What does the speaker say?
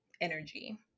energy